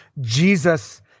Jesus